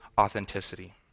authenticity